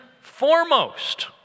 foremost